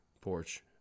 porch